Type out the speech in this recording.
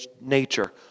nature